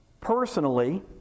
Personally